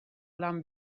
lan